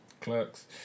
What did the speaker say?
Clerks